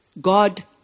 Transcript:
God